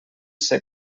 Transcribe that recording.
ser